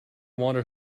wanted